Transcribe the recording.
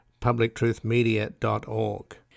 publictruthmedia.org